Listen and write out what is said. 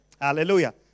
Hallelujah